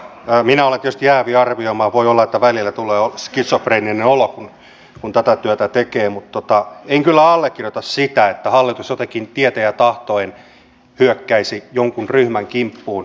minä olen tietysti jäävi arvioimaan voi olla että välillä tulee skitsofreeninen olo kun tätä työtä tekee mutta en kyllä allekirjoita sitä että hallitus jotenkin tieten ja tahtoen hyökkäisi jonkin ryhmän kimppuun